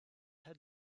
had